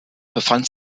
befand